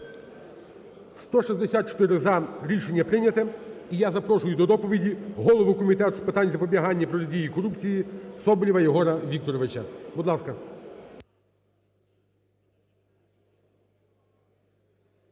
За-164 Рішення прийняте. І я запрошую до доповіді голову Комітету з питань запобігання і протидії корупції Соболєва Єгора Вікторовича, будь ласка.